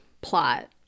plot